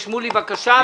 שמולי, בבקשה.